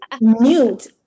mute